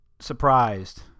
surprised